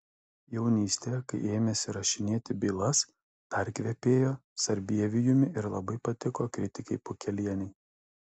jaunystėje kai ėmėsi rašinėti bylas dar kvepėjo sarbievijumi ir labai patiko kritikei pukelienei